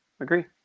agree